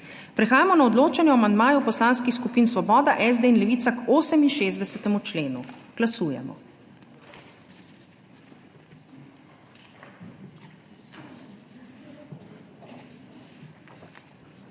Prehajamo na odločanje o amandmaju Poslanskih skupin Svoboda, SD in Levica k 81. členu. Glasujemo.